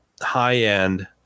high-end